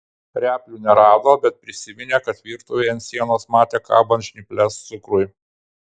replių nerado bet prisiminė kad virtuvėje ant sienos matė kabant žnyples cukrui